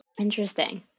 Interesting